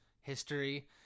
history